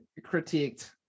critiqued